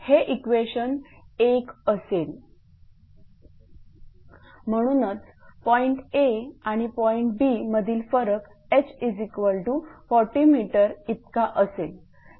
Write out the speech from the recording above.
म्हणूनच पॉईंट Aआणि point B मधील फरक h40 m इतका असेल